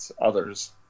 others